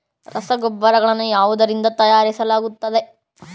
ರಸಗೊಬ್ಬರಗಳನ್ನು ಯಾವುದರಿಂದ ತಯಾರಿಸಲಾಗುತ್ತದೆ?